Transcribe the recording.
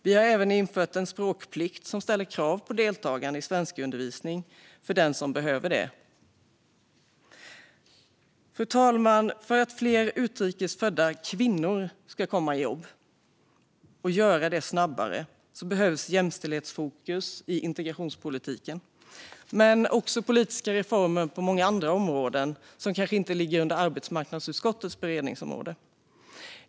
Vi har även infört en språkplikt som ställer krav på deltagande i svenskundervisning för den som behöver det. Fru talman! För att få fler utrikes födda kvinnor i jobb snabbare behövs ett jämställdhetsfokus i integrationspolitiken men också politiska reformer på många andra områden som kanske inte ligger under arbetsmarknadsutskottets beredningsområde.